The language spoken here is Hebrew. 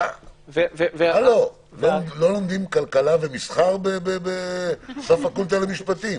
לא לומדים כלכלה ומסחר בפקולטה למשפטים?